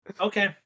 Okay